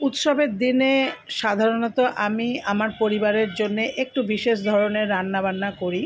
উৎসবের দিনে সাধারণত আমি আমার পরিবারের জন্যে একটু বিশেষ ধরনের রান্না বান্না করি